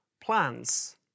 plans